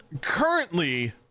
currently